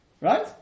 right